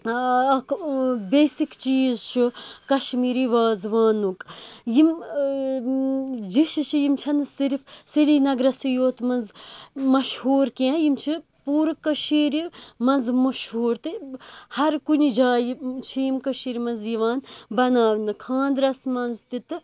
اَکھ بِیسِک چیز چھُ کَشمیری وازوانُک یِم ڈِشہِ چھ یِم چھَنہٕ صِرف سرینَگرَسٕے یوت منٛز مَشہوٗر کیٚنٛہہ یِم چھِ پور کٔشیرِ منٛز مَشہوٗر تہٕ ہَر کُنہِ جایہِ چھ یِمہ کٔشیرِ منٛز یِوان بَناونہٕ خانٛدرَس منٛز تہِ تہٕ